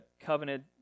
covenant